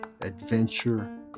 adventure